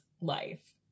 life